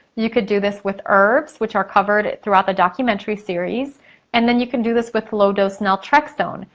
you could do this with herbs which are covered throughout the documentary series and then you can do this with low does naltrexone.